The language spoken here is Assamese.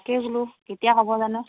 তাকে বোলো কেতিয়া হ'ব জানো